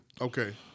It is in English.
Okay